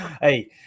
Hey